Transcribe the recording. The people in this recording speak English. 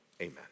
Amen